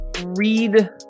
read